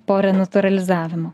po renatūralizavimo